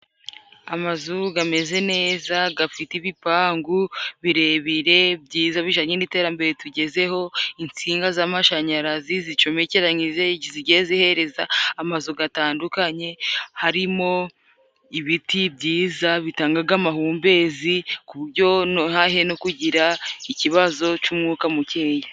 Amazu gameze neza gafite ibipangu birebire byiza bijyanye n'iterambere tugezeho, insinga z'amashanyarazi zicomekeranyije zigiye zihereza amazu gatandukanye, harimo ibiti byiza bitangaga amahumbezi ku buryo hahe no kugira ikibazo cy'umwuka mukeya.